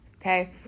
okay